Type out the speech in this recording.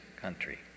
country